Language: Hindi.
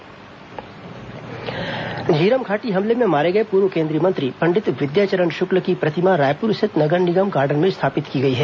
विद्याचरण शुक्ला प्रतिमा अनावरण झीरम घाटी हमले में मारे गए पूर्व केंद्रीय मंत्री पंडित विद्याचरण शुक्ल की प्रतिमा रायपुर स्थित नगर निगम गार्डन में स्थापित की गई है